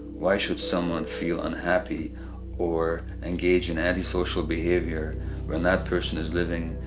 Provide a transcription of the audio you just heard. why should someone feel unhappy or engage in antisocial behavior when that person is living.